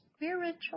Spiritual